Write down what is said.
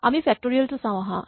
আমি ফেক্টৰিয়েল টো চাওঁ আহাঁ